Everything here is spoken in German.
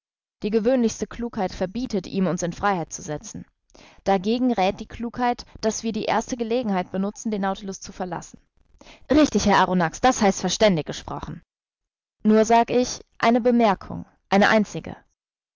die gewöhnlichste klugheit verbietet ihm uns in freiheit zu setzen dagegen räth die klugheit daß wir die erste gelegenheit benutzen den nautilus zu verlassen richtig herr arronax das heißt verständig gesprochen nur sag ich eine bemerkung eine einzige